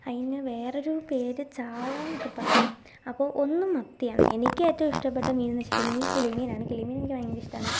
അതിന് വേറൊരു പേര് ചാളയെന്നൊക്കെ പറയും അപ്പോൾ ഒന്നു മത്തിയാണ് എനിക്ക് ഏറ്റവും ഇഷ്ടപെട്ട മീൻ എന്നു വച്ചിട്ടുണ്ടെങ്കിൽ കിളിമീനാണ് കിളിമീൻ എനിക്ക് ഭയങ്കര ഇഷ്ടമാണ്